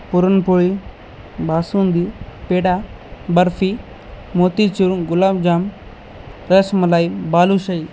पुरण पोळी बासुंदी पेढा बर्फी मोतीचूर गुलाब जाम रसमलाई बालू शाही